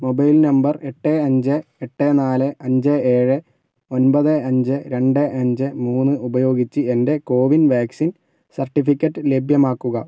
mobile number എട്ട് അഞ്ച് എട്ട് നാല് അഞ്ച് ഏഴ് ഒൻപത് അഞ്ച് രണ്ട് അഞ്ച് മൂന്ന് ഉപയോഗിച്ച് എൻ്റെ കോവിൻ വാക്സിൻ സർട്ടിഫിക്കറ്റ് ലഭ്യമാക്കുക